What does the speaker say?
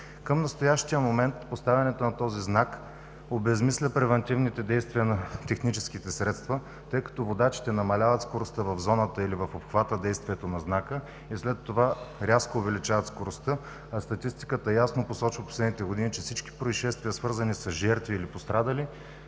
Към настоящия момент поставянето на този знак обезсмисля превантивните действия на техническите средства, тъй като водачите намаляват скоростта в зоната или в обхвата действието на знака, а след това рязко увеличават скоростта. В последните години статистиката ясно посочва, че всички произшествия, свързани с жертви или пострадали,